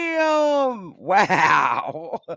Wow